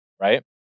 right